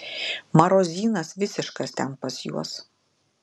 marozynas visiškas ten pas juos